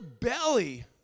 belly